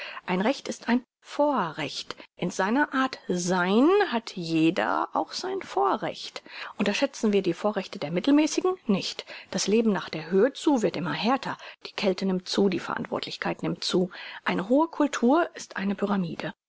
ein recht ist ein vorrecht in seiner art sein hat jeder auch sein vorrecht unterschätzen wir die vorrechte der mittelmäßigen nicht das leben nach der höhe zu wird immer härter die kälte nimmt zu die verantwortlichkeit nimmt zu eine hohe cultur ist eine pyramide